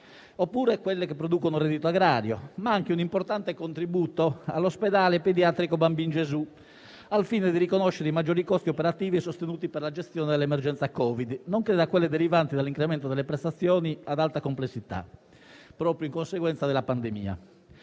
imprese che producono reddito agrario. Ancora, vi è un importante contributo all'Ospedale pediatrico Bambin Gesù al fine di riconoscere i maggiori costi operativi sostenuti per la gestione dell'emergenza Covid-19, nonché da quelli derivanti dall'incremento delle prestazioni ad alta complessità proprio in conseguenza della pandemia.